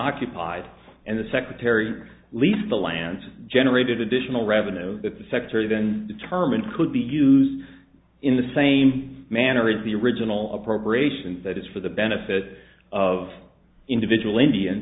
occupied and the secretary lease the land generated additional revenue that the secretary then determined could be used in the same manner as the original appropriations that is for the benefit of individual indian